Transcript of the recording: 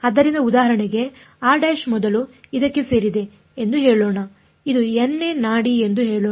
ಆದ್ದರಿಂದ ಉದಾಹರಣೆಗೆ r' ಮೊದಲು ಇದಕ್ಕೆ ಸೇರಿದೆ ಎಂದು ಹೇಳೋಣ ಇದು nನೇ ನಾಡಿ ಎಂದು ಹೇಳೋಣ